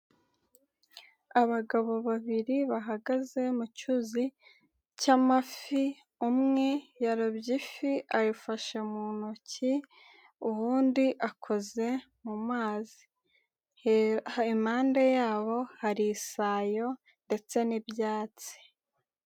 Abagabo babiri bahagaze mu cyuzi cy'amafi, umwe yarobye ifi ayifashe mu ntoki, ubundi akoze mu mazi, impande yabo hari isayo ndetse n'ibyatsi.